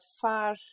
far